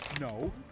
No